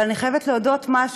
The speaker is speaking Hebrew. אבל אני חייבת להודות במשהו,